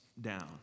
down